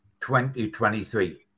2023